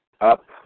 up